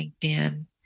LinkedIn